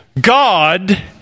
God